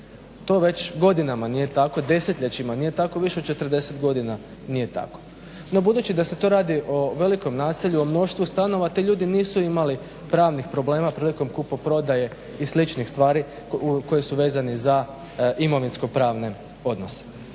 To već godinama nije tako, desetljećima nije tako, više od 40 godina nije tako. No, budući da se to radi o velikom naselju, o mnoštvu stanova ti ljudi nisu imali pravnih problema prilikom kupoprodaje i sličnih stvari koji su vezani za imovinsko-pravne odnose.